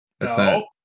No